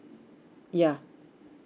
yeah